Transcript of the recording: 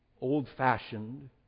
old-fashioned